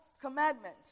commandment